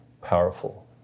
powerful